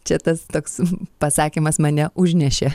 čia tas toks pasakymas mane užnešė